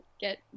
get